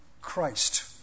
Christ